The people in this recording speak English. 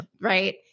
Right